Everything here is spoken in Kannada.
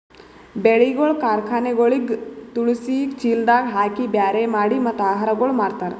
ಬೆಳಿಗೊಳ್ ಕಾರ್ಖನೆಗೊಳಿಗ್ ಖಳುಸಿ, ಚೀಲದಾಗ್ ಹಾಕಿ ಬ್ಯಾರೆ ಮಾಡಿ ಮತ್ತ ಆಹಾರಗೊಳ್ ಮಾರ್ತಾರ್